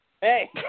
hey